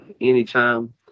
anytime